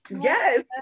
yes